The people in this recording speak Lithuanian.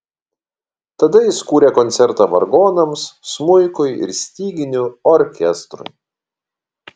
tada jis kūrė koncertą vargonams smuikui ir styginių orkestrui